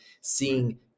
Seeing